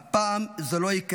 הפעם זה לא יקרה,